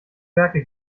werke